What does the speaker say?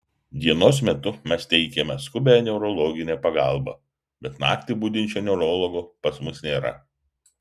dienos metu mes teikiame skubią neurologinę pagalbą bet naktį budinčio neurologo pas mus nėra